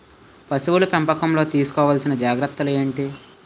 పశువుల పెంపకంలో తీసుకోవల్సిన జాగ్రత్త లు ఏంటి?